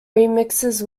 remixes